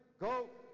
go!